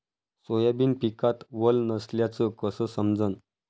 Soybean पिकात वल नसल्याचं कस समजन?